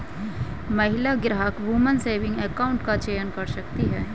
महिला ग्राहक woman saving account का चयन कर सकती है